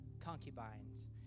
Concubines